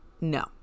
No